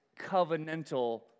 covenantal